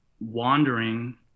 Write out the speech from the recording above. wandering